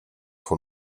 von